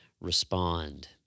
respond